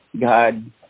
God